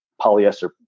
polyester